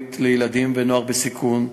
הלאומית לילדים ונוער בסיכון,